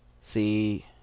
See